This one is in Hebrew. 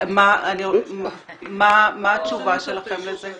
מה התגובה שלכם לזה?